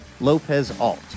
Lopez-Alt